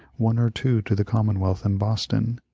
one or two to the commonwealth in boston,